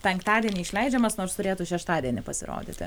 penktadienį išleidžiamas nors turėtų šeštadienį pasirodyti